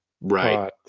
Right